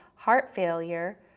heart failure,